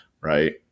right